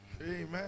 Amen